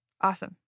Awesome